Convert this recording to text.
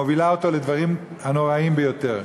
מובילה אותו לדברים הנוראים ביותר.